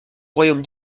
royaume